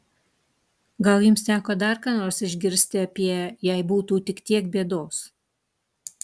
gal jums teko dar ką nors išgirsti apie jei būtų tik tiek bėdos